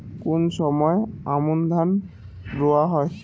কোন সময় আমন ধান রোয়া হয়?